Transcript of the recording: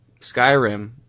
Skyrim